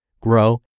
grow